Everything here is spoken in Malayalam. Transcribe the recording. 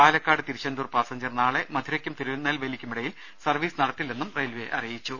പാലക്കാട് തിരുച്ചെന്തൂർ പാസഞ്ചർ നാളെ മധുരയ്ക്കും തിരുനൽവേലിക്കുമിടയിൽ സർവീസ് നടത്തില്ലെന്നും റെയിൽവേ അറിയിച്ചു